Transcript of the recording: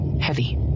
Heavy